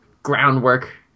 groundwork